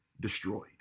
destroyed